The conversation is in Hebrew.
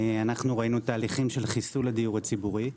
ראינו תהליכים של חיסול הדיור הציבורי.